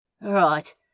Right